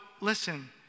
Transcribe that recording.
listen